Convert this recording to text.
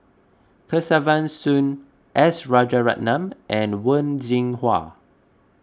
Kesavan Soon S Rajaratnam and Wen Jinhua